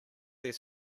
there